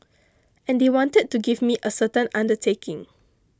and they wanted to me to give a certain undertaking